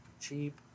Cheap